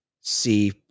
see